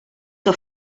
que